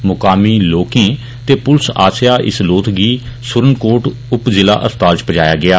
मुकामी लोकें ते पुलस आस्सैआ इस लोथ गी सुरनकोट उप जिला अस्पताल इच पजाया गेआ